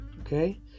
Okay